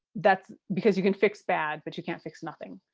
that's because you can fix bad, but you can't fix nothing.